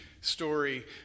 story